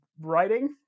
Writing